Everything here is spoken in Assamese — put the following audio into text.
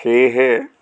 সেয়েহে